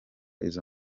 izo